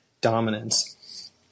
dominance